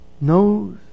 knows